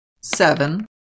Seven